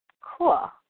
cool